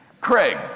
Craig